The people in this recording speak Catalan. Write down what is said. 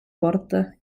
porta